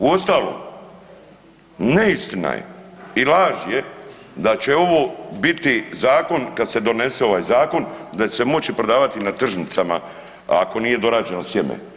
Uostalom, neistina je i laž je da će ovo biti zakon, kad se donese ovaj zakon da će se moći prodavati na tržnicama ako nije dorađeno sjeme.